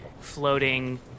floating